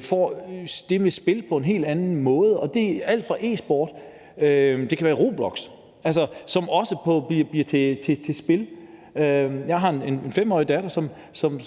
får det med at spille på en helt anden måde. Det er alt fra e-sport til f.eks. »Roblox«, som også bliver til et spil. Jeg har en 5-årig datter,